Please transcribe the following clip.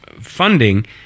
funding